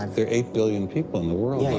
there're eight billion people in the world, yeah